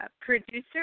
producer